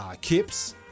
kips